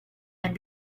and